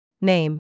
Name